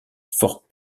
fort